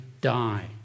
die